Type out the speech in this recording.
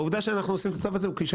העובדה שאנחנו עושים את הצו הזה היא,